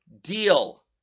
deal